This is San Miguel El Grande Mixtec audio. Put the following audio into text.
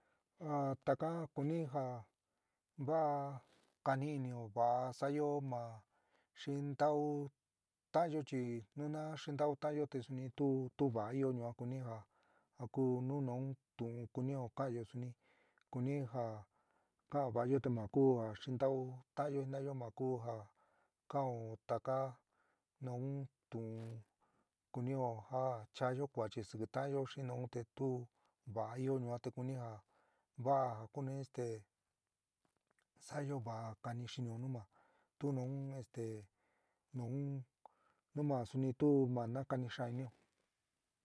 A taka kuni jaá va'á kani inɨo va'á sa'ayo ma xintáu ta'anyó, chi nu na xintáo taányo te suni tu tu va'a ɨo yuaán kuni ja ku nu nuún tuún kunɨo kaányo suni kuni ja ka'án va'ayo te ma ku ja xintau taányo jina'ayo ja ku ja kan'ó taká núú tuún kunɨo ja chaáyo kuáchi sikɨ taányo xi nuú te tuú va'a ɨó yuán te kuni ja va'a ja kuni este sa'ayo vaa kani xinɨo nu ma tu nau este nuun ma suni tuú ma nakáni xaán inɨo.